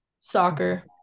Soccer